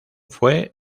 fue